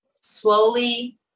slowly